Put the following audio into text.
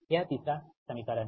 यह तीसरा समीकरण है